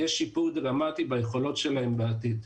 יש שיפור דרמטי ביכולות שלהם בעתיד.